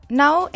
now